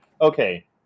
okay